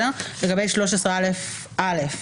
לגבי 13א(א),